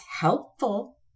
helpful